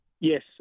Yes